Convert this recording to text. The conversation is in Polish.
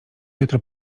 jutro